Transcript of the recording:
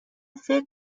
فکر